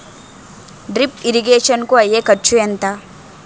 Drip irrigation కూ అయ్యే ఖర్చు ఎంత?